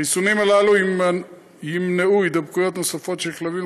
החיסונים הללו ימנעו הידבקויות נוספות של כלבים